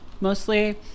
mostly